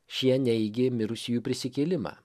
šie neigė mirusiųjų prisikėlimą